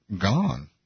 gone